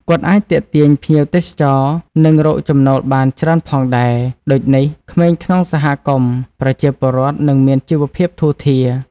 គាត់អាចទាក់ទាញភ្ញៀវទសចរណ៍នឹងរកចំណូលបានច្រើនផងដែរ ដូចនេះក្នងសហគមន៍ប្រជាពលរដ្ឋនឹងមានជីវភាពធូរធារ។